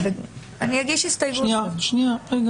אני אגיש הסתייגות כזאת.